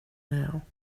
now